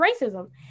racism